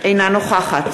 אינה נוכחת